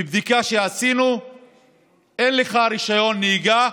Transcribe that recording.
מבדיקה שעשינו אין לך רישיון נהיגה,